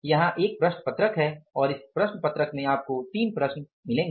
यहां एक प्रश्न पत्रक है और इस प्रश्न पत्रक में आपको 3 प्रश्न मिलेंगे